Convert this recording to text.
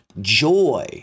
joy